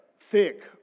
thick